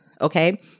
Okay